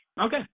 Okay